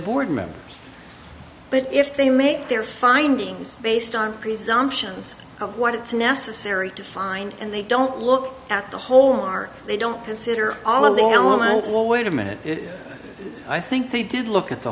board members but if they make their findings based on presumptions of what it's necessary to find and they don't look at the whole art they don't consider all of the elements well wait a minute i think they did look at the